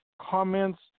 comments